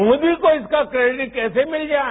मोदी को इसका क्रैडिट कैसे मिल गया है